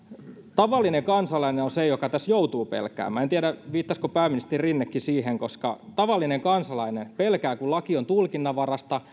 tavallinen kansalainen on se joka tässä joutuu pelkäämään en tiedä viittasiko pääministeri rinnekin siihen koska tavallinen kansalainen pelkää kun laki on tulkinnanvaraista